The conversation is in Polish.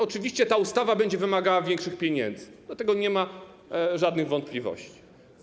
Oczywiście ta ustawa będzie wymagała większych pieniędzy, co do tego nie ma żadnych wątpliwości.